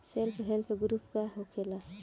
Self help group का होखेला?